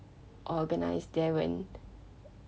organised there when